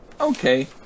Okay